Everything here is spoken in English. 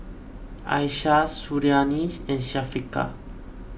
Aishah Suriani and Syafiqah